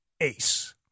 ace